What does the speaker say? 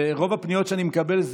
רוב הפניות שאני מקבל,